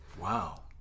Wow